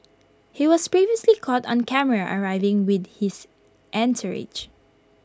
he was previously caught on camera arriving with his entourage